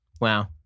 Wow